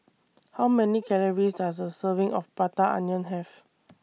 How Many Calories Does A Serving of Prata Onion Have